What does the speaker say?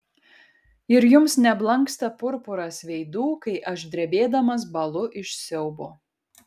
ir jums neblanksta purpuras veidų kai aš drebėdamas bąlu iš siaubo